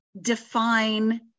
define